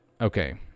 Okay